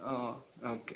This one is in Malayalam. ആ ആ ഓക്കെ